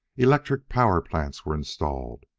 electric power plants were installed,